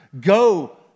Go